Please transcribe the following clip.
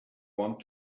want